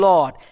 Lord